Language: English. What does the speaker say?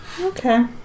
Okay